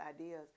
ideas